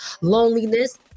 loneliness